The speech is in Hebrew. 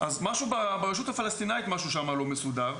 אז ברשות הפלסטינאית משהו לא מסודר.